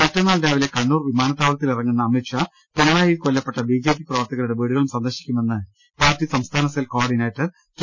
മറ്റന്നാൾ രാവിലെ കണ്ണൂർ വിമാന ത്താവളത്തിലിറങ്ങുന്ന അമിത്ഷാ പിണറായിയിൽ കൊല്ലപ്പെട്ട ബിജെപി പ്രവർത്തകരുടെ വീടുകളും സന്ദർശിക്കുമെന്ന് പാർട്ടി സംസ്ഥാന സെൽ കോ ഓർഡിനേറ്റർ കെ